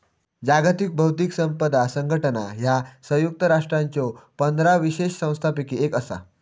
जागतिक बौद्धिक संपदा संघटना ह्या संयुक्त राष्ट्रांच्यो पंधरा विशेष संस्थांपैकी एक असा